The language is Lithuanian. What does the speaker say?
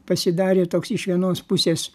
pasidarė toks iš vienos pusės